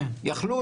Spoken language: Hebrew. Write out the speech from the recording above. יכלו